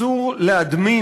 אסור להדמים